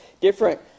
different